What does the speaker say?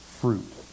fruit